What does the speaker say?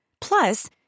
Plus